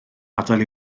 adael